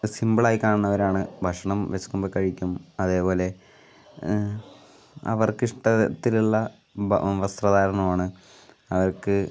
സിംപിളായി കാണുന്നവരാണ് ഭക്ഷണം വിശക്കുമ്പോൾ കഴിക്കും അതേപോലെ അവർക്ക് ഇഷ്ടത്തിലുള്ള ഭ വസ്ത്രധാരണമാണ് അവർക്ക്